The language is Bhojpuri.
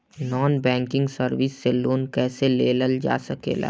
नॉन बैंकिंग सर्विस से लोन कैसे लेल जा ले?